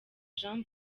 jean